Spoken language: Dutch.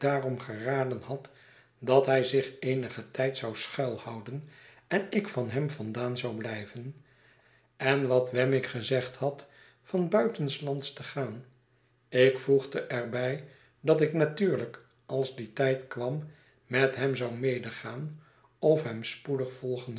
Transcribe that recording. daarom geraden had dat hij zich eenigen tijd zou schuilhouden en ik van hem vandaan zou blijven en wat wemmick gezegd had van buitenslands te gaan ik voegde er bij dat ik natuurlijk als die tijd kwam met hem zou medegaan of hem spoedig volgen